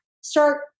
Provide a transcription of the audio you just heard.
start